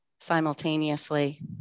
simultaneously